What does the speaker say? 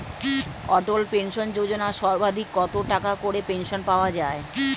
অটল pension Yojana সর্বাধিক কত টাকা করে পেনশন পাওয়া যায়?